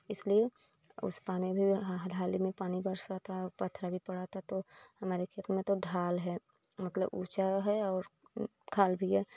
इसलिए उस पानी में हाल ही में पानी बरस रहा था पत्थर भी पड़ा था तो हमारे खेत में तो ढाल है मतलब ऊँचा है और खाल भी है